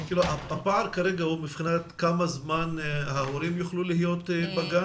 הפער כרגע הוא בבחינת כמה זמן ההורים יוכלו להיות בגן?